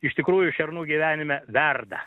iš tikrųjų šernų gyvenime verda